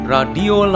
Radio